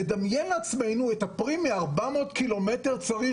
נדמיין לעצמנו שאת הפרי צריך לקטוף מ-400 קילומטרים.